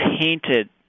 painted